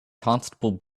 constable